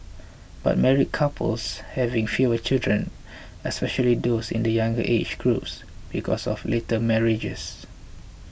but married couples are having fewer children especially those in the younger age groups because of later marriages